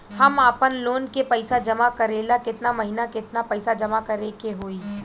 हम आपनलोन के पइसा जमा करेला केतना महीना केतना पइसा जमा करे के होई?